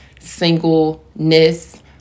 singleness